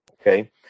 Okay